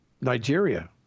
Nigeria